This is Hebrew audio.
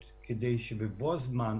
אגב,